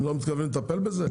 אנחנו לא מתכוונים לטפל בזה?